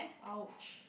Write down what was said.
!ouch!